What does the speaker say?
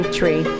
tree